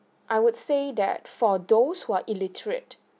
I would say that for those who are illiterate